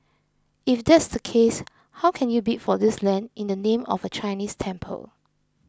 if that's the case how can you bid for this land in the name of a Chinese temple